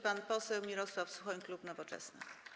Pan poseł Mirosław Suchoń, klub Nowoczesna.